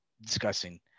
discussing